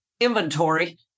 inventory